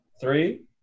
three